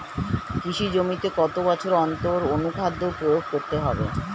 কৃষি জমিতে কত বছর অন্তর অনুখাদ্য প্রয়োগ করতে হবে?